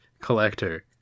collector